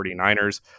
49ers